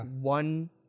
one